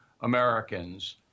Americans